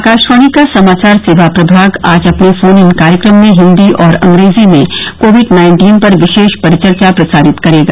आकाशवाणी का समाचार सेवा प्रभाग आज अपने फोन इन कार्यक्रम में हिंदी और अंग्रेजी में कोविड नाइन्टीन पर विशेष परिचर्चा प्रसारित करेगा